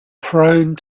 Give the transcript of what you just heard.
prone